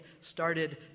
started